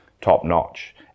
top-notch